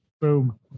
Boom